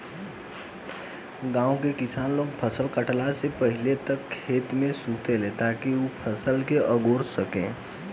गाँव के किसान लोग फसल काटला से पहिले तक खेते में सुतेलन ताकि उ फसल के अगोर सकस